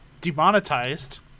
demonetized